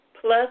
plus